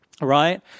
right